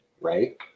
Right